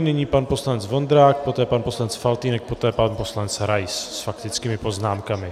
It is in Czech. Nyní pan poslanec Vondrák, poté pan poslanec Faltýnek, poté pan poslanec Rais s faktickými poznámkami.